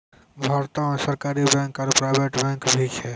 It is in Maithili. भारतो मे सरकारी बैंक आरो प्राइवेट बैंक भी छै